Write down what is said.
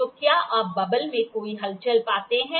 तो क्या आप बबल में कोई हलचल पाते हैं